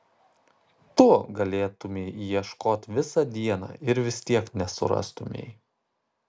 tu galėtumei ieškot visą dieną ir vis tiek nesurastumei